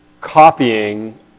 copying